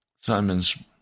Simon's